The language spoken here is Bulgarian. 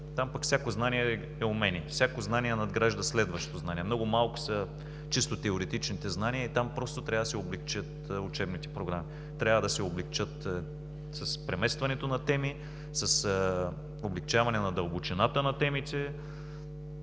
там пък всяко знание е умение, всяко знание надгражда следващото знание. Много малко са чисто теоретичните знания и там просто трябва да се облекчат учебните програми. Трябва да се облекчат с преместването на теми, с облекчаване на дълбочината на темите.